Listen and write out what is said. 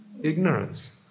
Ignorance